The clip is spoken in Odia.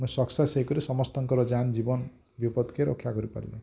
ମୁଁ ସକ୍ସେସ୍ ହେଇକରି ସମସ୍ତଙ୍କର ଜାନ୍ ଜୀବନ ବିପଦ କେ ରକ୍ଷା କରିପାରିଲି